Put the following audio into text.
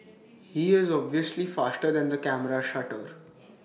he is obviously faster than the camera's shutter